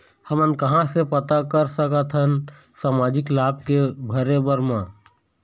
हमन कहां से पता कर सकथन सामाजिक लाभ के भरे बर मा?